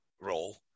role